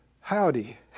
howdy